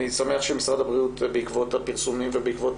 שמחתי לשמוע מפרופסור מימון שיועברו פרוטוקולים חדשים לגבי